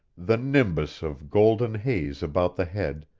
the nimbus of golden haze about the head,